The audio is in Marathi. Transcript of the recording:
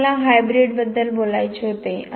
तर मला हायब्रिडबद्दल बोलायचे होते